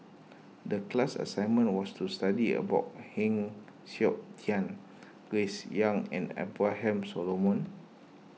the class assignment was to study about Heng Siok Tian Grace Young and Abraham Solomon